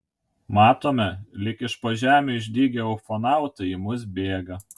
matome lyg iš po žemių išdygę ufonautai į mus bėga